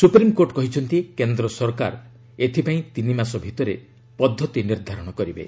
supreme court କହିଛନ୍ତି କେନ୍ଦ୍ର ସରକାର ଏଥିପାଇଁ ତିନି ମାସ ଭିତରେ ପଦ୍ଧତି ନିର୍ଦ୍ଧାରଣ କରିବେ